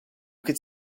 could